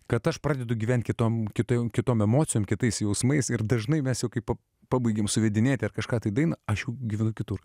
kad aš pradedu gyvent kitam kitaip kitom emocijom kitais jausmais ir dažnai mes jau kaipa pabaigiam suvedinėti ar kažką tai dainą aš jau gyvenu kitur